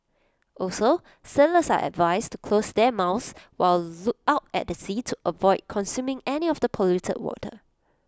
also sailors are advised to close their mouths while out at sea to avoid consuming any of the polluted water